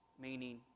meaning